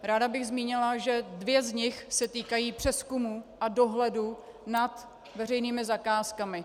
Ráda bych zmínila, že dvě z nich se týkají přezkumu a dohledu nad veřejnými zakázkami.